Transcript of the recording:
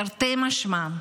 תרתי משמע.